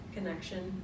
Connection